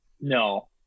no